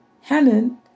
Hanan